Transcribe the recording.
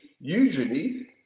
usually